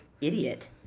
idiot